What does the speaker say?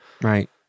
Right